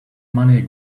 money